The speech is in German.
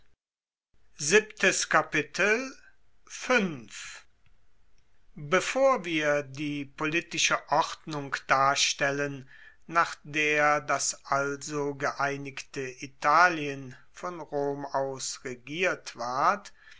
bevor wir die politische ordnung darstellen nach der das also geeinigte italien von rom aus regiert ward